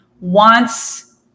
wants